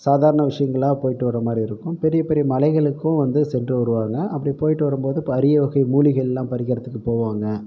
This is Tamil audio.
சாதாரண விஷயங்களாக போய்ட்டு வர்ற மாதிரி இருக்கும் பெரிய பெரிய மலைகளுக்கும் வந்து சென்று வருவாங்க அப்படி போய்ட்டு வரும்போது அப்போ அரிய வகை மூலிகையெல்லாம் பறிக்கிறதுக்கு போவாங்க